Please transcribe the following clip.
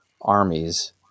armies